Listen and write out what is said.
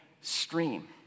stream